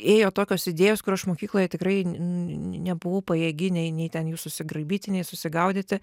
ėjo tokios idėjos kur aš mokykloje tikrai n nebuvau pajėgi nei nei ten jų susigraibyti nei susigaudyti